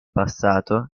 passato